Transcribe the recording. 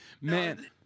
Man